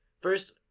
first